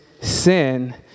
sin